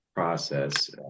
process